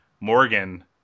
Morgan